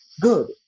Good